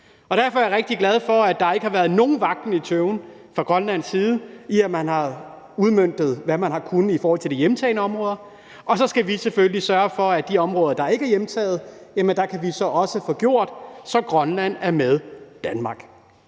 derfor er jeg rigtig glad for, at der ikke har været nogen vaklen eller tøven fra Grønlands side, i og med at man har udmøntet, hvad man har kunnet i forhold til de hjemtagne områder, og så skal vi selvfølgelig sørge for, at på de områder, der ikke er hjemtaget, kan vi så også få gjort det sådan, at Grønland er med Danmark.